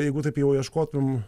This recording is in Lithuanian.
jeigu taip jau ieškotum